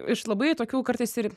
iš labai tokių kartais ir